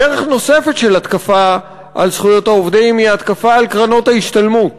דרך נוספת של התקפה על זכויות העובדים היא התקפה על קרנות ההשתלמות.